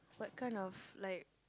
what kind of like